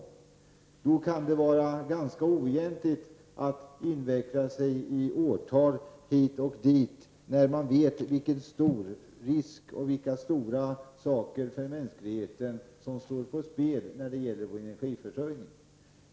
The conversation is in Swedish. Det kan då vara ganska oegentligt att inveckla sig i årtal hit och dit, när man vet vilka stora saker för mänskligheten som står på spel när det gäller vår energiförsörjning. Fru talman!